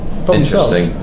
Interesting